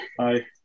Hi